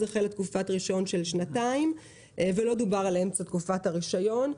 אז החלה תקופת רישיון של שנתיים ולא דובר על אמצע תקופת הרישיון.